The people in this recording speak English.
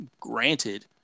granted